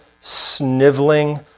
sniveling